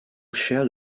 shared